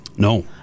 No